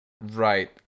Right